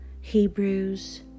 Hebrews